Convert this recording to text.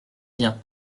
bien